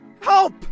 Help